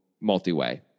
multi-way